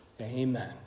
Amen